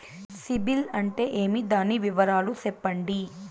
సిబిల్ అంటే ఏమి? దాని వివరాలు సెప్పండి?